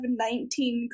19